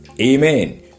Amen